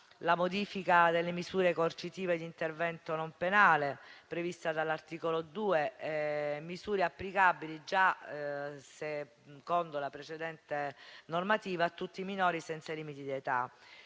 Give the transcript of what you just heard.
la modifica delle misure coercitive di intervento non penale prevista dall'articolo 2, misure applicabili già secondo la precedente normativa a tutti i minori senza limiti di età.